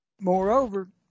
moreover